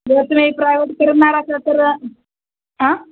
जर तुम्ही प्रायवेट फिरणार असाल तर आं